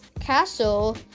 castle